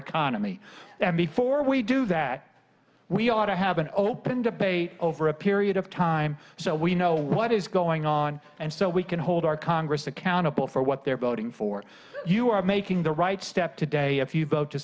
economy and before we do that we ought to have an open debate over a period of time so we know what is going on and so we can hold our congress accountable for what they're voting for you are making the right step today